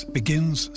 begins